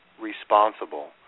responsible